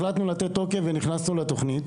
החלטנו לתת לזה תוקף ונכנסנו לתוכנית